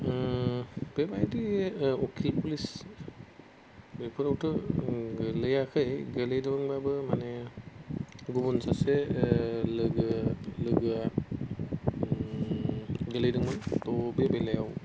बेबायदि उखिल पुलिस बेफोरावथ' गोलैयाखै गोग्लैदोंबाबो माने गुबुन सासे लोगो लोगोआ गोग्लैदोंमोन त' बे बेलायाव